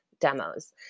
demos